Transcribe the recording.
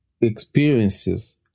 experiences